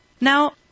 Now